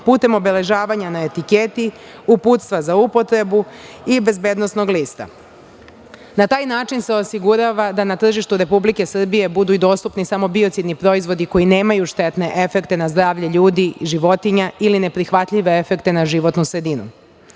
putem obeležavanja na etiketi, uputstva za upotrebu i bezbednosnog lista. Na taj način se osigurava da na tržištu Republike Srbije budu i dostupni samo biocidni proizvodi koji nemaju štetne efekte na zdravlje ljudi i životinja ili neprihvatljive efekte na životnu